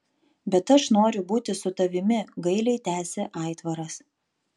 bet aš noriu būti su tavimi gailiai tęsė aitvaras